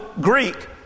Greek